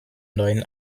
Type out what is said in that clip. neuen